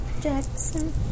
Jackson